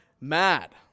mad